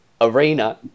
arena